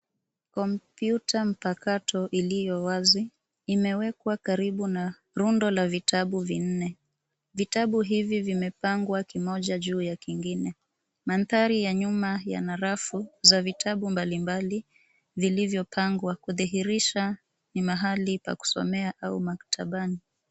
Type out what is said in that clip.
Kompyuta mpakato iliyowazi imewekwa karibu na rundo la vitabu vinne. Vitabu hivi vimepangwa kimoja juu ya kingine. Mandhari ya nyuma yana rafu za vitabu mbalimbali vilivyopangwa kudhihirisha ni mahali pa kusomea au maktabani.